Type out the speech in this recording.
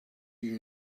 you